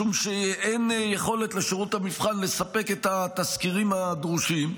משום שאין יכולת לשירות המבחן לספק את התזכירים הדרושים.